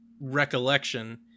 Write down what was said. recollection